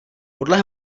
podle